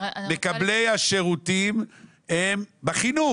מקבלי השירותים הם בחינוך.